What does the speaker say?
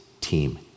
team